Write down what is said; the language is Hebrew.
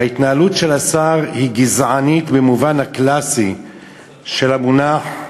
ההתנהלות של השר היא גזענית במובן הקלאסי של המונח,